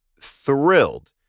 thrilled